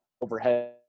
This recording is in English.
overhead